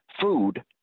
food